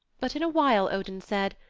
but in a while odin said,